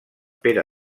pere